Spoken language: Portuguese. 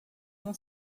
não